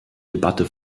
debatte